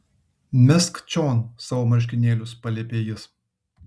mesk čion savo marškinėlius paliepė jis